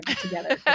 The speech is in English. together